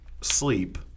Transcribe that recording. sleep